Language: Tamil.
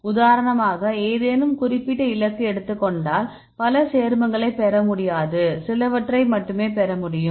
உதாரணமாக ஏதேனும் குறிப்பிட்ட இலக்கு எடுத்துக் கொண்டால் பல சேர்மங்களைப் பெற முடியாது சிலவற்றை மட்டுமே பெற முடியும்